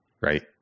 Right